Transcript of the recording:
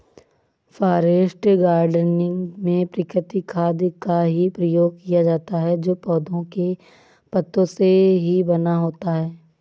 forest gardening में प्राकृतिक खाद का ही प्रयोग किया जाता है जो पौधों के पत्तों से ही बना होता है